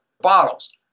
bottles